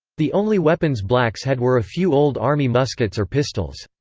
the only weapons blacks had were a few old army muskets or pistols.